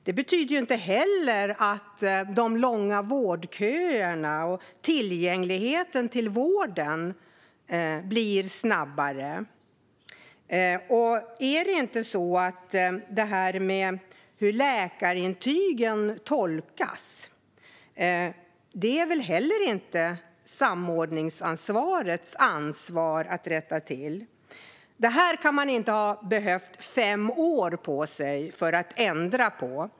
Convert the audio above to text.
Det betyder inte heller att de långa vårdköerna blir kortare eller att tillgängligheten till vården blir snabbare. Och det här med hur läkarintygen tolkas är det väl heller inte samordningsansvaret som ska rätta till? Det här kan man inte ha behövt fem år för att ändra på.